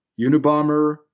Unabomber